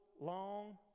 long